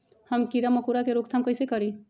हम किरा मकोरा के रोक थाम कईसे करी?